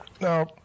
Now